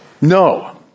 No